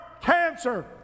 cancer